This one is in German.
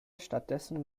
stattdessen